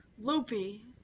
loopy